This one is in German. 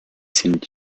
sind